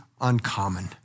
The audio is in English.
uncommon